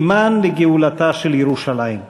סימן לגאולתה של ירושלים.